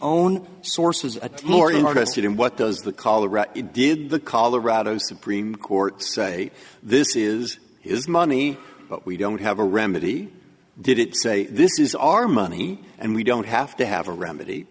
own source was a more interested in what does the caller did the colorado supreme court say this is is money but we don't have a remedy did it say this is our money and we don't have to have a remedy